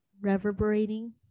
reverberating